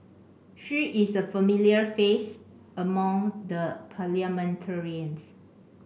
she is a familiar face among the parliamentarians